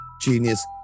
genius